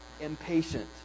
impatient